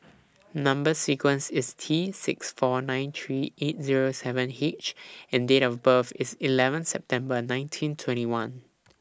Number sequence IS T six four nine three eight Zero seven H and Date of birth IS eleven September nineteen twenty one